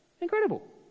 Incredible